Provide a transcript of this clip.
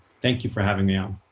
thank you for having me on.